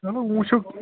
چلو وۄنۍ وٕچھو